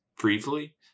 briefly